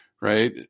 right